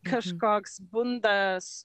kažkoks bunda